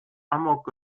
amok